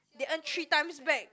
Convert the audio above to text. they earn three times back